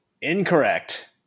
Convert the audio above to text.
Incorrect